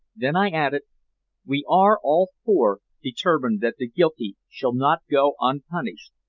then i added we are all four determined that the guilty shall not go unpunished,